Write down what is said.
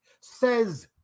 Says